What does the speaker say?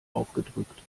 aufgedrückt